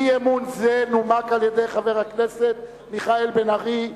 אי-אמון זה נומק על-ידי חבר הכנסת מיכאל בן-ארי.